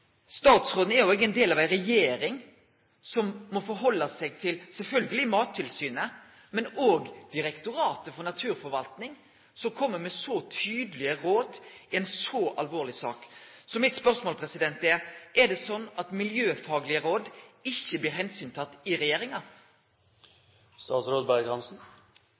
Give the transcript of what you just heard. Statsråden er ein del av ei regjering som sjølvsagt må ta omsyn til Mattilsynet, men òg til Direktoratet for naturforvaltning, som kjem med så tydelege råd i ei så alvorleg sak. Så mitt spørsmål er: Er det slik at miljøfaglege råd ikkje blir tekne omsyn til i regjeringa?